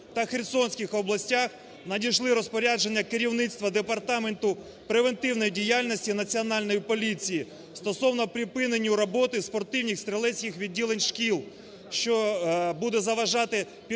та Херсонських областях надійшли розпорядження керівництва Департаменту превентивної діяльності Національної поліції стосовно припиненню роботи спортивних стрілецьких відділень шкіл, що буде заважати підготовці